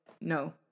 no